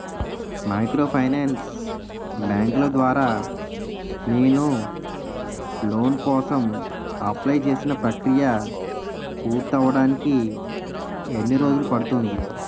Microfinance బ్యాంకుల ద్వారా నేను లోన్ కోసం అప్లయ్ చేసిన ప్రక్రియ పూర్తవడానికి ఎన్ని రోజులు పడుతుంది?